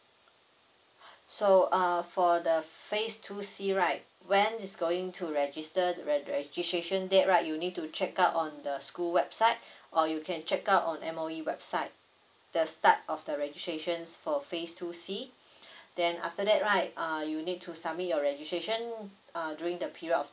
so uh for the phase two C right when it's going to register re~ registration date right you need to check out on the school website or you can check out on M_O_E website the start of the registrations for phase two C then after that right uh you need to submit your registration uh during the period of